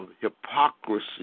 hypocrisy